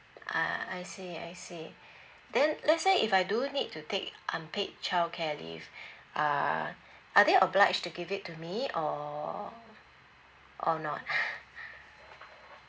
ah I see I see then let's say if I do need to take unpaid childcare leave uh are they obliged to give it to me or or not